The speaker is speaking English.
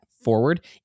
forward